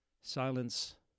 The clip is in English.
Silence